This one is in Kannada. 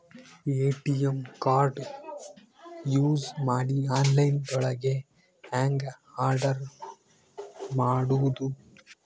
ಎ.ಟಿ.ಎಂ ಕಾರ್ಡ್ ಯೂಸ್ ಮಾಡಿ ಆನ್ಲೈನ್ ದೊಳಗೆ ಹೆಂಗ್ ಆರ್ಡರ್ ಮಾಡುದು?